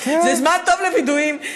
זה זמן טוב לווידויים,